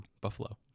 Buffalo